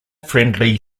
friendly